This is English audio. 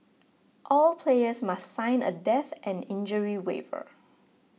all players must sign a death and injury waiver